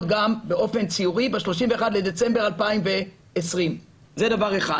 גם באופן ציורי ב-31 בדצמבר 2020. זה דבר אחד.